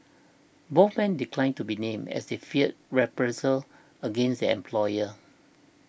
both men declined to be named as they feared reprisals against their employers